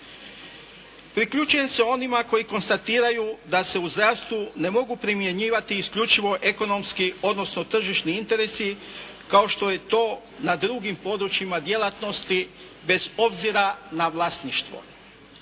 Priključujem se onima koji konstatiraju da se u zdravstvu ne mogu primjenjivati isključivo ekonomski odnosno tržišni interesi kao što je to na drugim područjima djelatnosti bez obzira na vlasništvo.